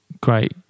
great